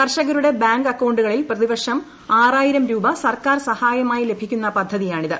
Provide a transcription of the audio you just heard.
കർഷകരുടെ ബാങ്ക് അക്കൌണ്ടുകളിൽ പ്രതിവർഷം ആറായിരം രൂപ സർക്കാർ സഹായമായി ലഭിക്കുന്ന പദ്ധതിയാണിത്